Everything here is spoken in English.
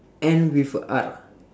end with a R